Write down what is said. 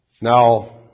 Now